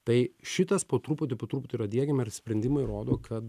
tai šitas po truputį po truputį yra diegiama ir sprendimai rodo kad